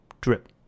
drip